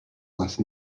last